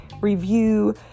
review